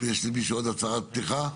יש למישהו עוד הצהרת פתיחה?